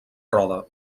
roda